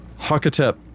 Hakatep